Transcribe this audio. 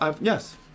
Yes